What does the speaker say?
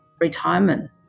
retirement